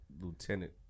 lieutenant